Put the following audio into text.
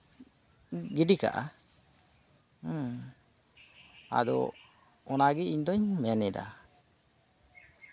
ᱜᱤᱰᱤ ᱠᱟᱜᱼᱟ ᱟᱫᱚ ᱚᱱᱟᱜᱮ ᱤᱧ ᱫᱚᱧ ᱢᱮᱱᱮᱫᱟ